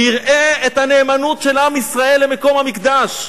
ויראה את הנאמנות של עם ישראל למקום המקדש.